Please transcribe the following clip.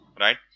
right